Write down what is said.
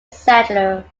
settler